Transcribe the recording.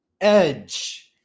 Edge